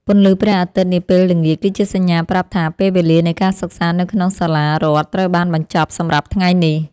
ពន្លឺព្រះអាទិត្យនាពេលល្ងាចគឺជាសញ្ញាប្រាប់ថាពេលវេលានៃការសិក្សានៅក្នុងសាលារដ្ឋត្រូវបានបញ្ចប់សម្រាប់ថ្ងៃនេះ។